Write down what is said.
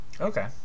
Okay